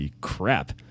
crap